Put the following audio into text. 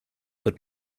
but